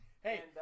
Hey